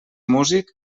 músic